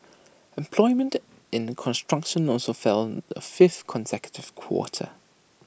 employment in construction also fell the fifth consecutive quarter